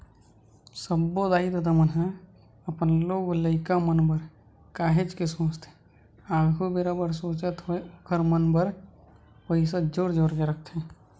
सब्बो दाई ददा मन ह अपन लोग लइका मन बर काहेच के सोचथे आघु बेरा बर सोचत होय ओखर मन बर पइसा जोर जोर के रखथे